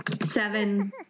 seven